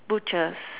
butchers